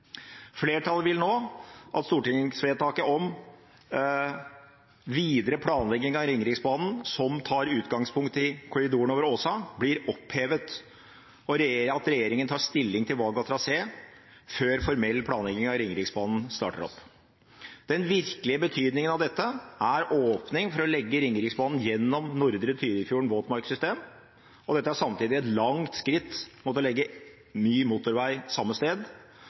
Flertallet vil nå at stortingsvedtaket om videre planlegging av Ringeriksbanen som tar utgangspunkt i korridoren over Åsa, blir opphevet, og at regjeringen tar stilling til valg av trasé før den formelle planleggingen av Ringeriksbanen starter opp. Den virkelige betydningen av dette er åpning for å legge Ringeriksbanen gjennom Nordre Tyrifjorden våtmarksystem, og dette er samtidig et langt skritt mot å legge ny motorvei samme sted.